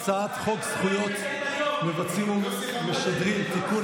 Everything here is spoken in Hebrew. הצעת חוק זכויות מבצעים ומשדרים (תיקון,